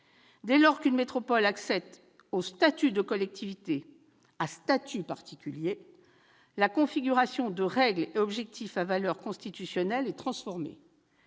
Dès lors qu'une métropole accède au statut de collectivité à statut particulier, la configuration de règles et objectifs à valeur constitutionnelle est transformée.